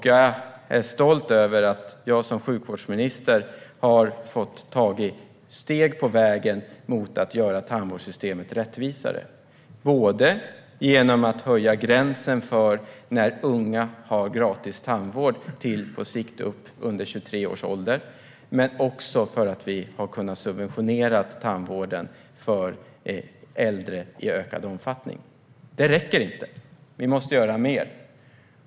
Jag är stolt över att jag som sjukvårdsminister har fått ta steg på vägen mot ett rättvisare tandvårdssystem, både genom att höja gränsen för när unga har gratis tandvård, på sikt upp till 23 års ålder, och för att vi i ökad omfattning har kunnat subventionera tandvården för äldre. Detta räcker inte, utan vi måste göra mer.